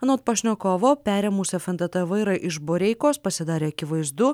anot pašnekovo perėmusią ef en tė tė vairą iš boreikos pasidarė akivaizdu